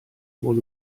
bod